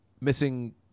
Missing